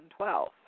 2012